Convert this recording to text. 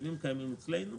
תקציבים שקיימים אצלנו,